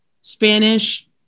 Spanish